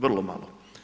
Vrlo malo.